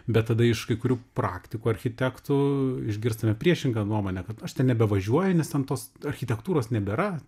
bet tada iš kai kurių praktikų architektų išgirstame priešingą nuomonę kad aš ten nebevažiuoju nes ten tos architektūros nebėra